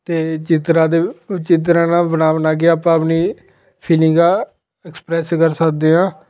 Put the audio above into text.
ਅਤੇ ਚਿੱਤਰਾਂ ਦੇ ਚਿੱਤਰਾਂ ਨਾਲ ਬਣਾ ਬਣਾ ਕੇ ਆਪਾਂ ਆਪਣੀ ਫੀਲਿੰਗਾਂ ਐਕਸਪ੍ਰੈਸ ਕਰ ਸਕਦੇ ਹਾਂ